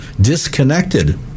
disconnected